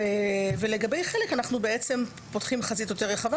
ולגבי חלק אנחנו פותחים חזית רחבה יותר,